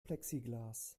plexiglas